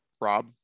Rob